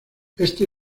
este